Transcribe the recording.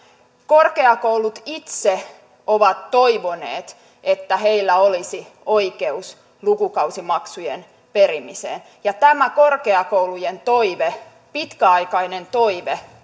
korkeakoulut itse ovat toivoneet että heillä olisi oikeus lukukausimaksujen perimiseen ja tämä korkeakoulujen toive pitkäaikainen toive